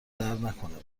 دردنکنه